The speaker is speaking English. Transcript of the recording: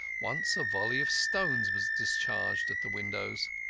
once a volley of stones was discharged at the windows.